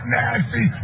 nasty